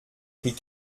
pris